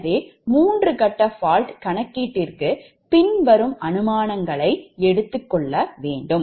எனவே மூன்று கட்ட fault கணக்கீட்டிற்குபின்வரும் அனுமானங்களை எடுத்துக்கொள்ள வேண்டும்